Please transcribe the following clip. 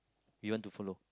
we want to follow